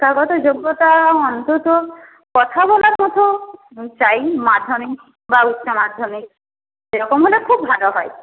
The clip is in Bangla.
শিক্ষাগত যোগ্যতা অন্তত কথা বলার মতো চাই মাধ্যমিক বা উচ্চ মাধ্যমিক সেরকম হলে খুব ভালো হয়